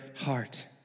heart